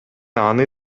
аны